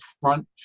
front